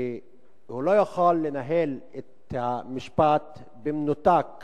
והוא לא יכול לנהל את המשפט במנותק